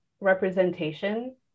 representation